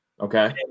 Okay